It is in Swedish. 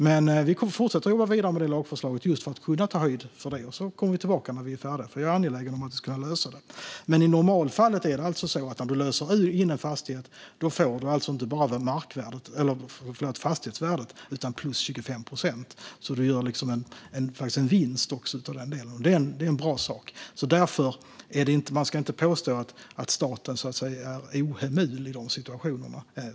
Men vi kommer att fortsätta att jobba vidare med lagförslaget för att kunna ta höjd för denna fråga. Sedan kommer vi tillbaka när vi är färdiga; vi är angelägna om att lösa frågan. I normalfallet är det så att när en fastighet löses in får du inte bara fastighetsvärdet utan även ytterligare 25 procent. Du gör en vinst i den delen, och det är bra. Man ska inte påstå att staten agerar ohemult i de situationerna.